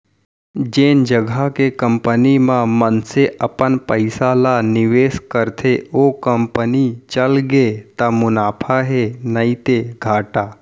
जेन जघा के कंपनी म मनसे अपन पइसा ल निवेस करथे ओ कंपनी चलगे त मुनाफा हे नइते घाटा